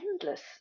endless